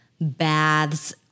baths